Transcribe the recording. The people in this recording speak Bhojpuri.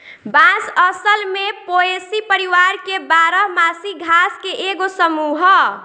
बांस असल में पोएसी परिवार के बारह मासी घास के एगो समूह ह